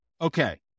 okay